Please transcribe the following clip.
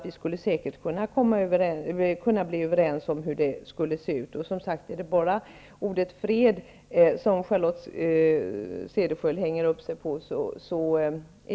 Vi skulle säkert kunna bli överens om hur det bör se ut.